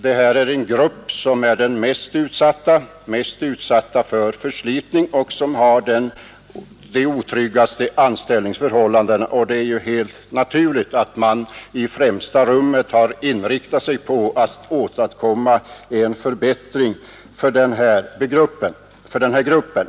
Här gäller det en grupp människor som är mycket starkt utsatta för förslitning och som har de otryggaste anställningsförhållandena. Det är helt naturligt att man i främsta rummet har inriktat sig på att åstadkomma en förbättring för dem.